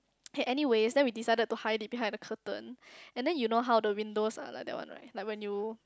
hey anyways then we decided to hide it behind the curtain and then you know how the windows are like that one right like when you